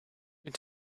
you